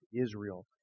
Israel